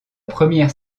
première